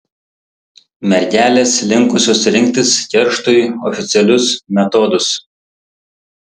mergelės linkusios rinktis kerštui oficialius metodus